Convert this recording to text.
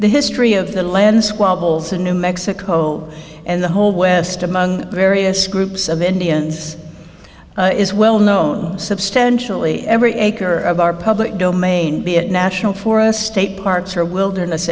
the history of the land squabbles in new mexico and the whole west among various groups of indians is well known substantially every acre of our public domain be it national forest state parks or wilderness